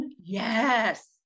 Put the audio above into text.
yes